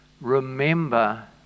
remember